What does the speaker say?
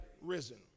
risen